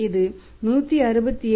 இது 167